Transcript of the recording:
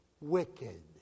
wicked